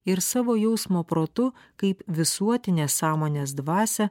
ir savo jausmo protu kaip visuotinės sąmonės dvasią